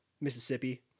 Mississippi